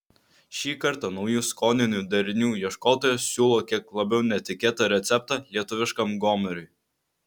šį kartą naujų skoninių derinių ieškotojas siūlo kiek labiau netikėtą receptą lietuviškam gomuriui